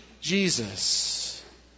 Jesus